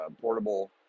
portable